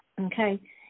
okay